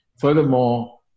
Furthermore